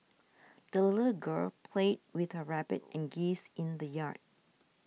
the little girl played with her rabbit and geese in the yard